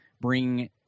bring